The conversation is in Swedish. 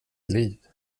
liv